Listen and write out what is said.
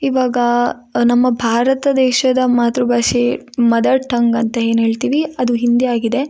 ಇವಾಗ ನಮ್ಮ ಭಾರತ ದೇಶದ ಮಾತೃ ಭಾಷೆ ಮದರ್ ಟಂಗ್ ಅಂತ ಏನು ಹೇಳ್ತೀವಿ ಅದು ಹಿಂದಿ ಆಗಿದೆ